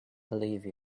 believe